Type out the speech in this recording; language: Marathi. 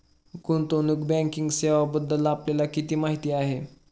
गुंतवणूक बँकिंग सेवांबद्दल आपल्याला किती माहिती आहे?